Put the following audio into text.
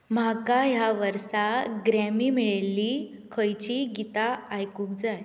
म्हाका ह्या वर्सा ग्रॅमी मेळिल्लीं खंयचींय गीतां आयकूंक जाय